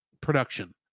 production